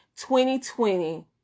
2020